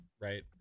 right